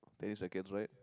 tennis racket right